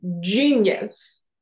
genius